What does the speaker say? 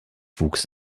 wuchs